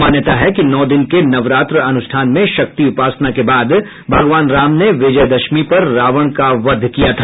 मान्यता है कि नौ दिन के नवरात्र अनुष्ठान में शक्ति उपासना के बाद भगवान राम ने विजयदशमी पर रावण का वध किया था